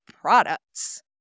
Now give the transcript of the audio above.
products